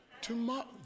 tomorrow